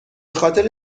خاطر